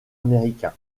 américain